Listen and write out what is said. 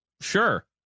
sure